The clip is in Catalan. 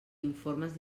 informes